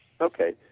Okay